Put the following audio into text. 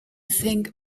think